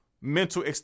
mental